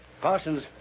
Parsons